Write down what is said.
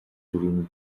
during